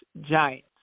Giants